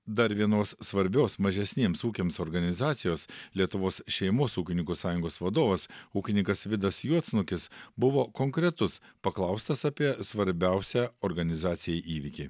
dar vienos svarbios mažesniems ūkiams organizacijos lietuvos šeimos ūkininkų sąjungos vadovas ūkininkas vidas juodsnukis buvo konkretus paklaustas apie svarbiausią organizacijai įvykį